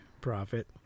profit